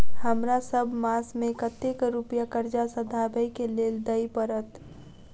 हमरा सब मास मे कतेक रुपया कर्जा सधाबई केँ लेल दइ पड़त?